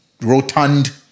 rotund